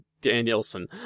Danielson